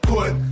Put